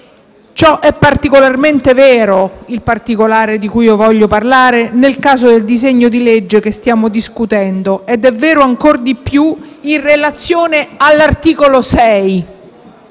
è particolarmente vera per il particolare di cui desidero parlare nel caso del disegno di legge che stiamo discutendo e lo è ancor di più in relazione all'articolo 6,